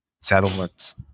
settlements